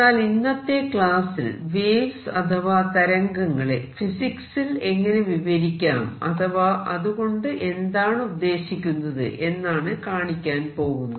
എന്നാൽ ഇന്നത്തെ ക്ലാസിൽ വേവ്സ് അഥവാ തരംഗങ്ങളെ ഫിസിക്സിൽ എങ്ങനെ വിവരിക്കാം അഥവാ അതുകൊണ്ട് എന്താണ് ഉദ്ദേശിക്കുന്നത് എന്നാണ് കാണിക്കാൻ പോകുന്നത്